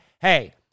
hey